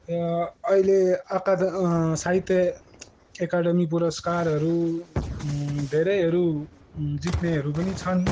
अहिले अकाद साहित्य एकडमी पुरस्कारहरू धेरैहरू जित्नेहरू पनि छन्